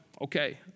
Okay